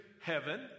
heaven